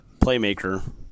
playmaker